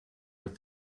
with